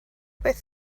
beth